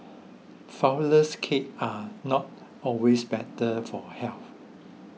Flourless Cakes are not always better for health